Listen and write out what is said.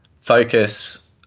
focus